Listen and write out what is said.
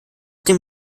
dem